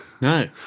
No